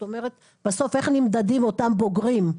בסוף איך נמדדים אותם בוגרים?